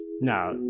No